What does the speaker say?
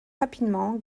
rapidement